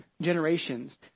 generations